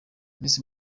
miss